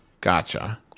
Gotcha